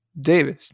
Davis